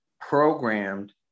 programmed